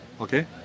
Okay